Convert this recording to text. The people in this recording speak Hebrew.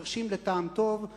חירשים לטעם טוב,